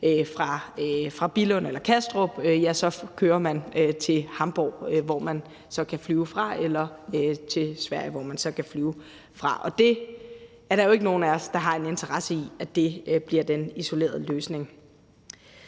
fra Billund eller Kastrup kører til Hamborg eller til Sverige, hvor man så kan flyve fra. Der er jo ingen af os, der har en interesse i, at det bliver den isolerede løsning.